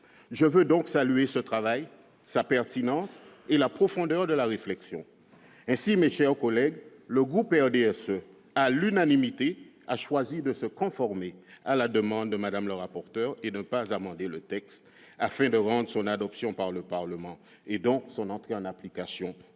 Je tiens à saluer ce travail, sa pertinence et la profondeur de la réflexion conduite. Mes chers collègues, les élus du groupe du RDSE ont, à l'unanimité, choisi de se conformer à la demande de Mme la rapporteur de ne pas amender le texte afin que son adoption par le Parlement- et donc son entrée en application -puisse